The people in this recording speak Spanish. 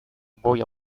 voy